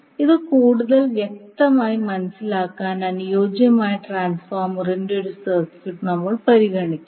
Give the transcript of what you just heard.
ഇത് കൂടുതൽ വ്യക്തമായി മനസിലാക്കാൻ അനുയോജ്യമായ ട്രാൻസ്ഫോർമറിന്റെ ഒരു സർക്യൂട്ട് നമ്മൾ പരിഗണിക്കും